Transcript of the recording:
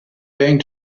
going